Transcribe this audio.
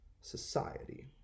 society